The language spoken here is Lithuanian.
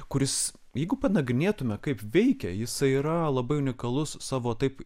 kuris jeigu panagrinėtume kaip veikia jisai yra labai unikalus savo taip